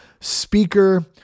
speaker